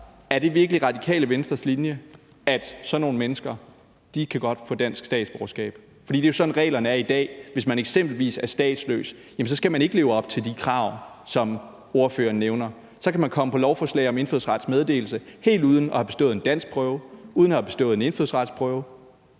er det virkelig Radikale Venstres linje, at sådan nogle mennesker godt kan få et dansk statsborgerskab? For det er jo sådan, reglerne er i dag. Hvis man eksempelvis er statsløs, skal man ikke leve op til de krav, som ordføreren nævner, og så kan man komme på et lovforslag om indfødsrets meddelelse helt uden at have bestået en danskprøve, uden at have bestået en indfødsretsprøve,